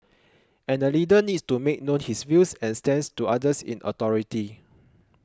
and a leader needs to make known his views and stance to others in authority